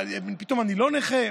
פתאום אני לא נכה?